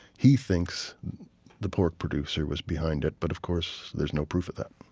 he thinks the pork producer was behind it. but of course there's no proof of that